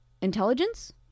intelligence